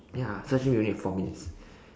ya so actually we only have four minutes